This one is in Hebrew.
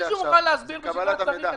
על קבלת המידע.